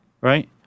Right